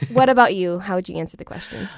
what about you? how would you answer the question?